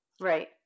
Right